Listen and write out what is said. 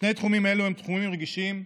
שני תחומים אלו הם תחומים רגישים,